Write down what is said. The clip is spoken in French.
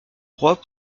droit